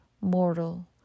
Mortal